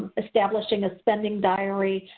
establishing a spending diary,